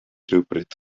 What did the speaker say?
rhywbryd